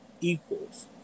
equals